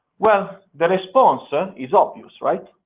well, the response ah is obvious, right?